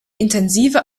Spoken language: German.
intensive